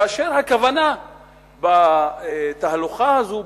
כאשר הכוונה בתהלוכה הזו,